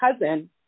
cousin